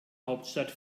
hauptstadt